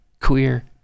queer